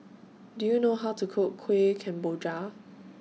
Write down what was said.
Do YOU know How to Cook Kueh Kemboja